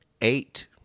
eight